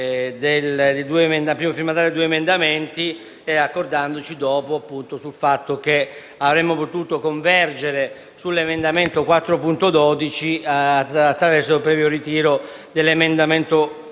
al primo firmatario dei due emendamenti e accordandoci dopo sul fatto che avremmo potuto convergere sull'emendamento 4.12, attraverso il previo ritiro dell'emendamento 4.13,